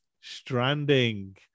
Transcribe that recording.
Stranding